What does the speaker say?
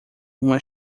uma